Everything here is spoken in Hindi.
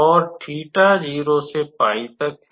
और थीटा 0 से 𝜋 तक है